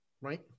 Right